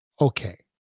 okay